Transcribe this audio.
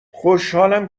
خوشحالم